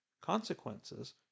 consequences